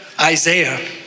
Isaiah